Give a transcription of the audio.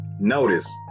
Notice